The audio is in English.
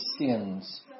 sins